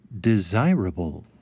desirable